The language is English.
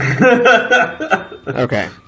Okay